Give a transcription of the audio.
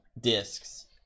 discs